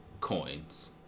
coins